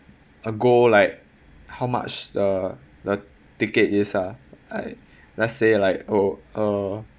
a goal like how much the the ticket is ah like let's say like oh uh